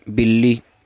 بلی